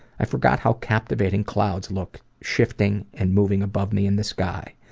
i forgot how captivating clouds look, shifting and moving above me in the sky.